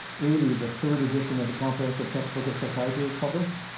eighty, the third edition of the comprehensive textbook of psychiatry was published,